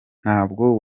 ntabwo